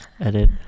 Edit